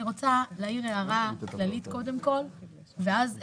אני רואה להעיר הערה כללית ואז עקרונית: